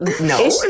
no